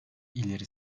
ileri